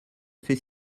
fait